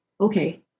okay